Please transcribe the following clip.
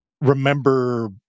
remember